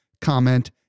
comment